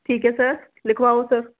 ਠੀਕ ਹੈ ਸਰ ਲਿਖਵਾਓ ਸਰ